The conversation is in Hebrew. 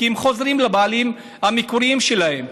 כי הם חוזרים לבעלים המקוריים שלהם,